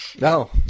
no